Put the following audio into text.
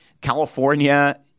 California